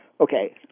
Okay